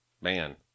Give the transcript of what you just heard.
Man